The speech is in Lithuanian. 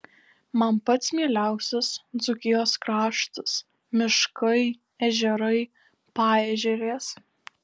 man pats mieliausias dzūkijos kraštas miškai ežerai paežerės